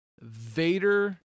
Vader